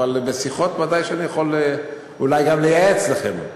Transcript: אבל בשיחות ודאי שאני יכול גם לייעץ לכם.